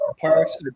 parks